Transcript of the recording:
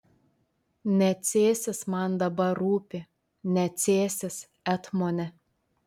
ne cėsis man dabar rūpi ne cėsis etmone